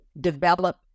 develop